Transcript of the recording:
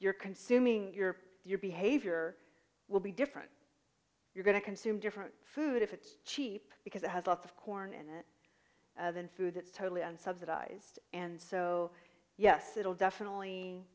you're consuming you're your behavior will be different you're going to consume different food if it's cheap because it has lots of corn in it than food that's totally unsubsidized and so yes it'll definitely